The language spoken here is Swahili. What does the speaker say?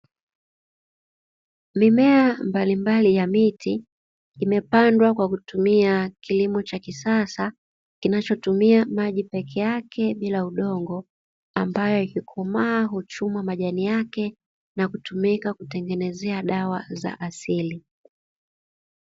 Mimea mbalimbali ya miti imepandwa kwa kutumia kilimo cha kisasa, kinachotumia maji peke yake bila udongo, ambayo ikikomaa huchumwa majani yake na kutumika kutengenezea dawa za asili.